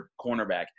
cornerback